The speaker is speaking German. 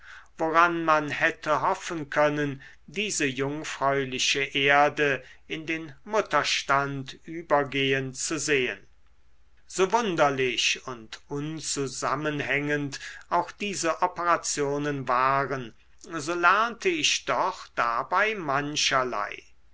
woran man hätte hoffen können diese jungfräuliche erde in den mutterstand übergehen zu sehen so wunderlich und unzusammenhängend auch diese operationen waren so lernte ich doch dabei mancherlei